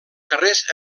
carrers